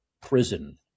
prison